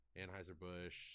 Anheuser-Busch